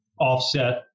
offset